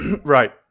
Right